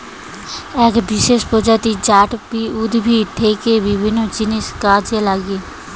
এক বিশেষ প্রজাতি জাট উদ্ভিদ থেকে বিভিন্ন জিনিস কাজে লাগে